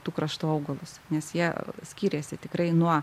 tų kraštų augalus nes jie skyrėsi tikrai nuo